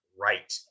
right